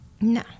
No